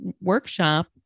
workshop